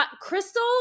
Crystal